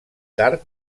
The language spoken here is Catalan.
tard